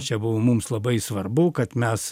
čia buvo mums labai svarbu kad mes